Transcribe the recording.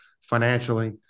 financially